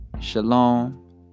Shalom